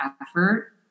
effort